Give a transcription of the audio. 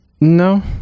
no